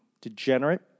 degenerate